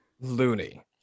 loony